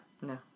No